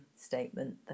statement